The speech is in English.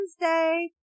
Wednesday